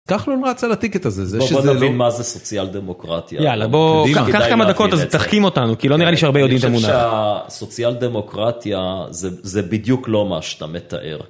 כחלון רץ על הטיקט הזה. זה שזה לא... בוא נבין מה זה סוציאל דמוקרטיה. יאללה בוא קח כמה דקות אז, תחכים אותנו, כי לא נראה לי שהרבה יודעים את המונח. הסוציאל דמוקרטיה זה בדיוק לא מה שאתה מתאר.